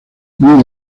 mide